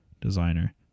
designer